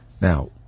Now